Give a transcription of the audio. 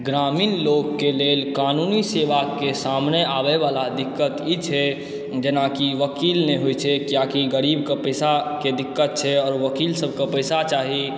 ग्रामीण लोकके लेल कानूनी सेवाके सामने आबै वला दिक्कत ई छै जेना कि वकील नहि होइ छै किएकि गरीबके पैसाके दिक्कत छै आओर वकील सबके पैसा चाही